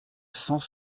cent